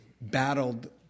battled